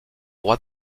roi